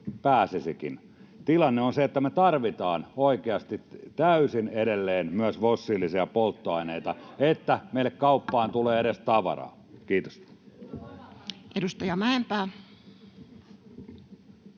Tilanne on se, että me tarvitaan oikeasti, täysin, edelleen, myös fossiilisia polttoaineita, että meille kauppaan tulee edes tavaraa. — Kiitos.